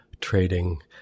trading